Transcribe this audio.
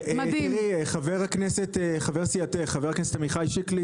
שסיימנו חקיקה בצורה רצינית ומעמיקה,